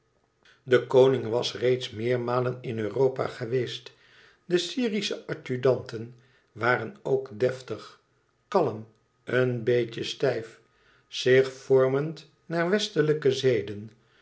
de koning was reeds meermalen in europa geweest de syrische adjudanten waren ook deftig kalm een beetje stijf zich vormend naar westelijke zeden